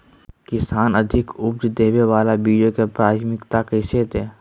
किसान अधिक उपज देवे वाले बीजों के प्राथमिकता कैसे दे?